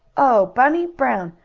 oh, bunny brown!